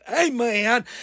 amen